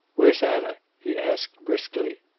where's anna? he asked briskly.